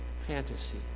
fantasy